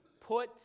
put